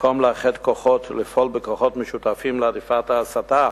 במקום לאחד כוחות ולפעול בכוחות משותפים להדיפת ההסתה